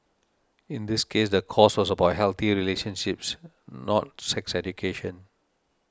in this case the course was about healthy relationships not sex education